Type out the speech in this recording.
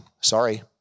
Sorry